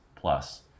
plus